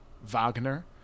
Wagner